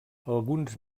alguns